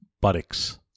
buttocks